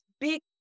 big